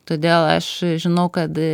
todėl aš žinau kad